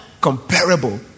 comparable